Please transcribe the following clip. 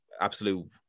absolute